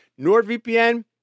NordVPN